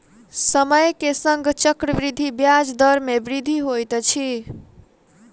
समय के संग चक्रवृद्धि ब्याज दर मे वृद्धि होइत अछि